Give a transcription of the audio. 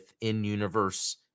in-universe